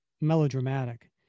melodramatic